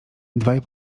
dwaj